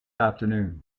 afternoon